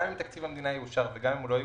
גם אם תקציב המדינה יאושר וגם אם הוא לא יאושר,